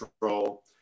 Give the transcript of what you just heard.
control